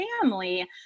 family